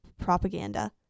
propaganda